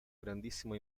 grandissimo